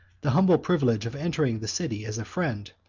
the humble privilege of entering the city as a friend,